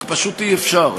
רק פשוט אי-אפשר.